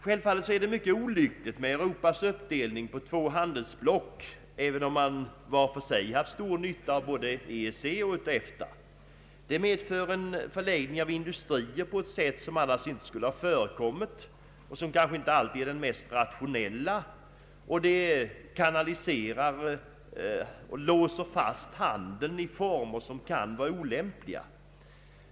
Självfallet är det mycket olyckligt med Europas uppdelning på två handelsblock, även om man var för sig haft stor nytta av både EEC och EFTA. Det medför en förläggning av industrier på ett sätt som annars inte skulle ha förekommit och som kanske inte alltid är det mest rationella, och det kanaliserar och låser fast handeln i former som kan vara olämpliga.